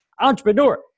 entrepreneur